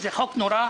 הדרוזיים,